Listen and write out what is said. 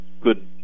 good